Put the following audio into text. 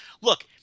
look